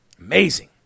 Amazing